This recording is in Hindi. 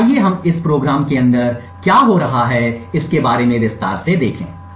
तो आइए हम इस कार्यक्रम के अंदर क्या हो रहा है इसके बारे में विस्तार से देखें